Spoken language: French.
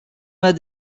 mas